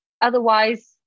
otherwise